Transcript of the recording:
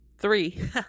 three